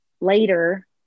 later